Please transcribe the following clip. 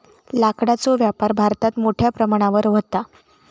लाकडाचो व्यापार भारतात मोठ्या प्रमाणावर व्हता